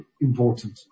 important